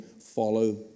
follow